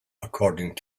according